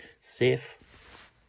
Safe